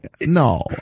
no